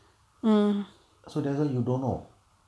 so that's why you don't know